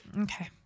Okay